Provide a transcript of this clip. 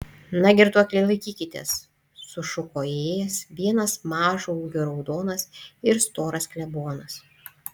na girtuokliai laikykitės sušuko įėjęs vienas mažo ūgio raudonas ir storas klebonas